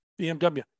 BMW